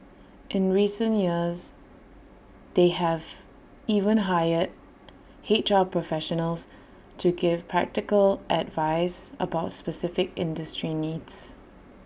in recent years they have even hired H R professionals to give practical advice about specific industry needs